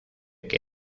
que